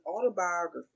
autobiography